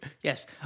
Yes